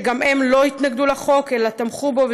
שגם הם לא התנגדו לחוק אלא תמכו בו,